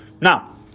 Now